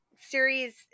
series